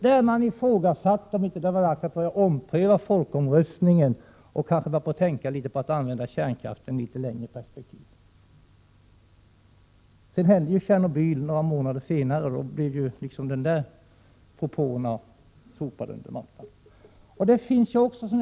I motionen i frågasattes om man inte skulle ompröva folkomröstningen och börja tänka på att använda kärnkraften i ett litet längre perspektiv. Några månader senare inträffade Tjernobylolyckan, och då sopades dessa propåer under mattan.